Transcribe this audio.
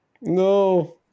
No